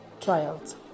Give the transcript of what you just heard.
trials